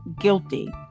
guilty